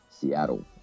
Seattle